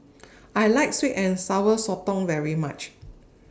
I like Sweet and Sour Sotong very much